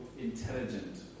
Intelligent